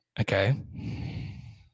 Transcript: Okay